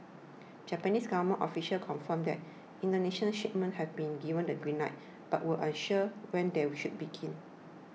Japanese government officials confirmed that Indonesian shipments have been given the green light but were unsure when they would begin